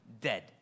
dead